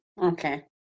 Okay